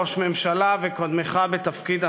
ראש ממשלה וקודמך בתפקיד,